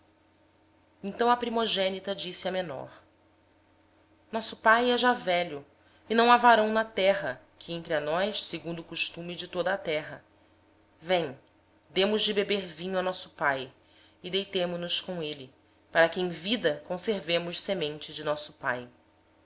então a primogênita disse à menor nosso pai é já velho e não há varão na terra que entre a nós segundo o costume de toda a terra vem demos a nosso pai vinho a beber e deitemo nos com ele para que conservemos a descendência de nosso pai